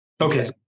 Okay